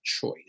choice